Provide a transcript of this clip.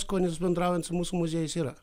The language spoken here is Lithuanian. skonis bendraujant su mūsų muziejus yra